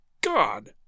God